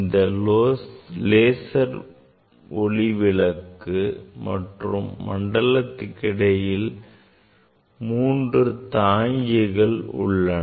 இந்த லேசர் ஒளி விளக்கு மற்றும் மண்டலத்திற்கு இடையில் மூன்று தாங்கிகள் உள்ளன